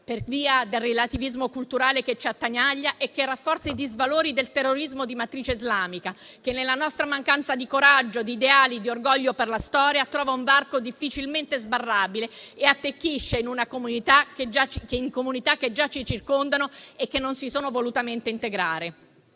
per via del relativismo culturale che ci attanaglia e che rafforza i disvalori del terrorismo di matrice islamica, che nella nostra mancanza di coraggio, di ideali, di orgoglio per la storia trova un varco difficilmente sbarrabile e attecchisce in comunità che già ci circondano e che volutamente non